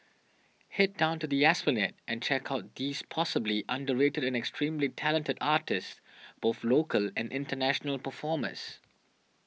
head down to the Esplanade and check out these possibly underrated extremely talented artists both local and international performers